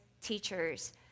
teachers